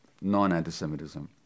non-antisemitism